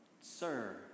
Sir